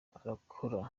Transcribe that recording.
arakora